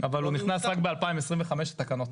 אבל הוא נכנס רק ב-2025, התקנות.